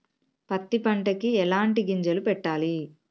పత్తి పంటకి ఎలాంటి గింజలు పెట్టాలి?